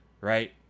Right